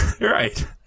Right